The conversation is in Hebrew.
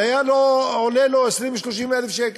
זה היה עולה לו 20,000 30,000 שקל.